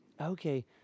okay